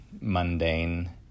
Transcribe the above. mundane